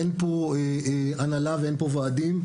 אין פה הנהלה ואין פה ועדים,